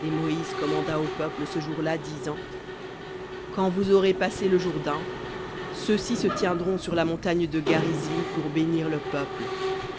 et moïse commanda au peuple ce jour-là disant quand vous aurez passé le jourdain ceux-ci se tiendront sur la montagne de garizim pour bénir le peuple